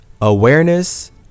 awareness